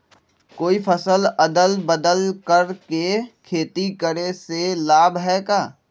कोई फसल अदल बदल कर के खेती करे से लाभ है का?